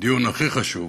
בדיון הכי חשוב,